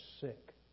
sick